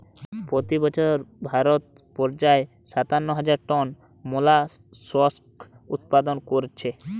পোতি বছর ভারত পর্যায়ে সাতান্ন হাজার টন মোল্লাসকস উৎপাদন কোরছে